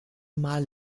mal